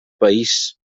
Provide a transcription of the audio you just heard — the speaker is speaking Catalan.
país